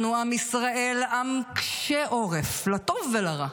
אנחנו עם ישראל, עם קשה עורף, לטוב ולרע,